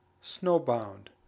Snowbound